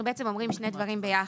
אנחנו אומרים שני דברים ביחד,